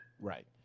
Right